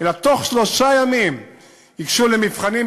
אלא בתוך שלושה ימים ייגשו למבחנים,